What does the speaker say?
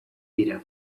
dira